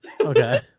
okay